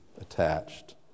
attached